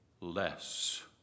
less